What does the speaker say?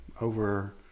over